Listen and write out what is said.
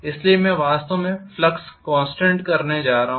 इसलिए मैं वास्तव में फ्लक्स कॉन्स्टेंट करने जा रहा हूं